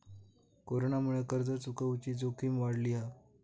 कोरोनामुळे कर्ज चुकवुची जोखीम वाढली हा